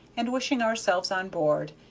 and wishing ourselves on board,